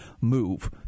move